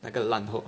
那个烂货